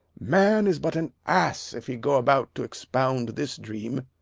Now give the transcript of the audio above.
man is but an ass if he go about to expound this dream.